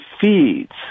feeds